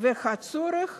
ואת הצורך